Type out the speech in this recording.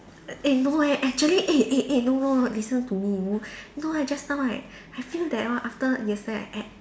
eh no leh actually eh eh eh no no no listen to me know know leh just now right I feel that hor after yesterday I ate